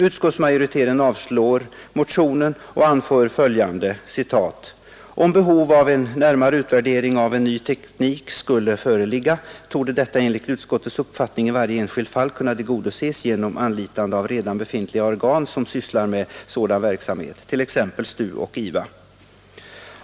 Utskottsmajoriteten har avstyrkt motionen och anför i det sammanhanget följande: ”Om behov av en närmare utvärdering av ny teknik skulle föreligga torde detta enligt utskottets uppfattning i varje enskilt fall kunna tillgodoses genom anlitande av redan befintliga organ som sysslar med sådan verksamhet, t.ex. STU och IVA.